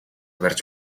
барьж